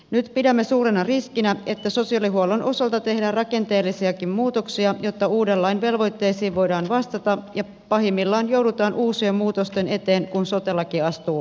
nyt pidämme suurena riskinä että sosiaalihuollon osalta tehdään rakenteellisiakin muutoksia jotta uuden lain velvoitteisiin voidaan vastata ja pahimmillaan joudutaan uusien muutosten eteen kun sote laki astuu voimaan